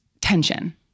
tension